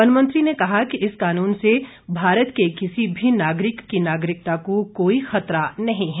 one मंत्री ने कहा कि इस कानून से भारत के किसी भी नागरिक की नागरिकता को कोई खतरा नहीं है